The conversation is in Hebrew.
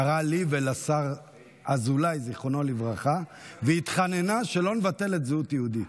קראה לי ולשר אזולאי זיכרונו לברכה והתחננה שלא נבטל את זהות יהודית.